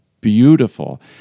beautiful